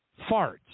farts